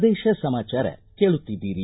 ಪ್ರದೇಶ ಸಮಾಚಾರ ಕೇಳುತ್ತಿದ್ದೀರಿ